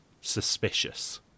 suspicious